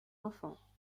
enfants